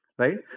right